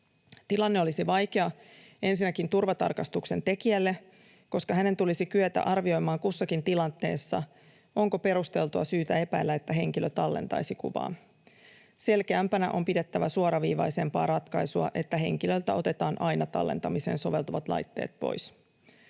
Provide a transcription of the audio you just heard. Tilanne olisi vaikea ensinnäkin turvatarkastuksen tekijälle, koska hänen tulisi kyetä arvioimaan kussakin tilanteessa, onko perusteltua syytä epäillä, että henkilö tallentaisi kuvaa. Selkeämpänä on pidettävä suoraviivaisempaa ratkaisua, että henkilöltä otetaan aina tallentamiseen soveltuvat laitteet pois.